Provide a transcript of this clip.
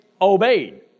obeyed